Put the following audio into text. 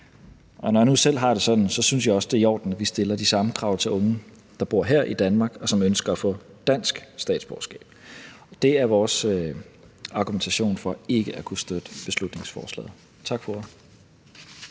Og når jeg nu selv har det sådan, synes jeg også, det er i orden, vi stiller de samme krav til unge, der bor her i Danmark, og som ønsker at få dansk statsborgerskab. Det er vores argumentation for ikke at kunne støtte beslutningsforslaget. Tak for